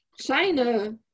China